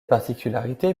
particularité